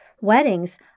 Weddings